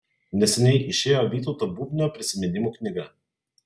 neseniai išėjo vytauto bubnio prisiminimų knyga